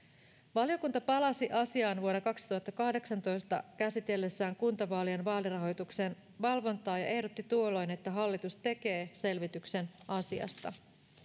valiokunta palasi asiaan vuonna kaksituhattakahdeksantoista käsitellessään kuntavaalien vaalirahoituksen valvontaa ja ja ehdotti tuolloin että hallitus tekee selvityksen asiasta